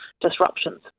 disruptions